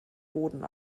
boden